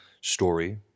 story